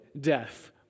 death